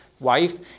Wife